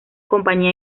compañía